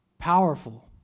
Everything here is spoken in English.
powerful